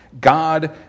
God